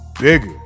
Bigger